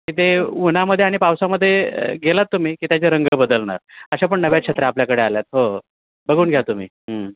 की ते उन्हामध्ये आणि पावसामध्ये गेला आहेत तुम्ही की त्याचे रंग बदलणार अशा पण नव्या छत्र्या आपल्याकडे आल्या आहेत हो बघून घ्या तुम्ही हं